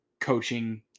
coaching